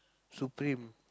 Supreme